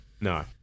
No